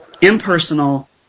impersonal